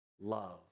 love